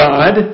God